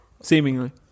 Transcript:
seemingly